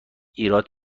ایراد